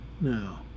No